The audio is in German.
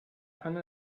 hanna